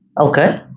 Okay